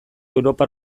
europar